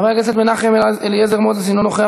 חבר הכנסת מנחם אליעזר מוזס, אינו נוכח.